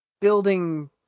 building